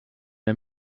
der